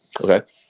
Okay